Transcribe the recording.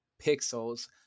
Pixels